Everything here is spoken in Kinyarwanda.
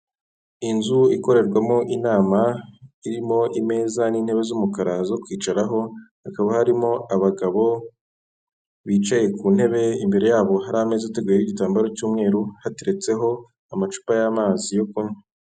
Inzu ikorerwamo inama irimo imeza n'intebe z'umukara zo kwicaraho hakaba harimo abagabo bicaye ku ntebe imbere yabo hari ameza ateguyeho igitambaro cy'umweru hateretseho amacupa y'amazi yo kunywa.